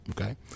Okay